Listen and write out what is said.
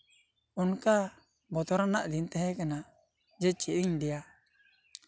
ᱚᱱᱠᱟ ᱵᱚᱛᱚᱨᱟᱱᱟᱜ ᱫᱤᱱ ᱛᱟᱦᱮᱸ ᱠᱟᱱᱟ ᱡᱮ ᱪᱮᱫ ᱤᱧ ᱞᱟᱹᱭᱟ